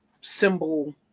symbol